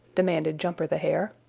demanded jumper the hare.